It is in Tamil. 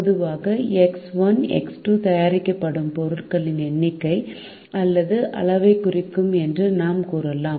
பொதுவாக எக்ஸ் 1 எக்ஸ் 2 தயாரிக்கப்படும் பொருட்களின் எண்ணிக்கை அல்லது அளவைக் குறிக்கும் என்று நாம் கூறலாம்